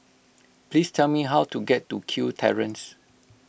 please tell me how to get to Kew Terrace